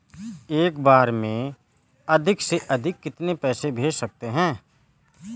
एक बार में अधिक से अधिक कितने पैसे भेज सकते हैं?